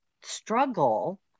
struggle